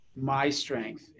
MyStrength